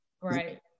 right